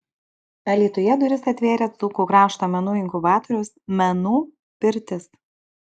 alytuje duris atvėrė dzūkų krašto menų inkubatorius menų pirtis